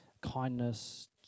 kindness